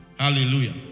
hallelujah